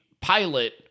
pilot